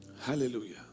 Hallelujah